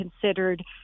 considered